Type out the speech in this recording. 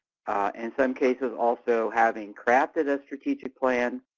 in some cases also having crafted a strategic plan,